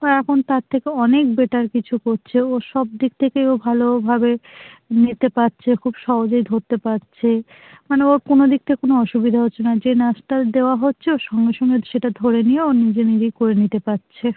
ও এখন তার থেকে অনেক বেটার কিছু করছে ওর সব দিক থেকেই ও ভালোভাবে নিতে পারছে খুব সহজেই ধরতে পারছে মানে ওর কোনো দিক থেকে কোনো অসুবিধা হচ্ছে না যে নাচ টাচ দেওয়া হচ্ছে ও সঙ্গে সঙ্গে সেটা ধরে নিয়ে ও নিজে নিজেই করে নিতে পারছে